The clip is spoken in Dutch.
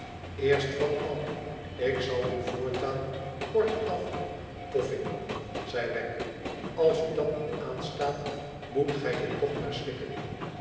erst van al ik zal u voortaan kortaf boffin noemen zei wegg als u dat niet aanstaat moet gij het toch maar slikken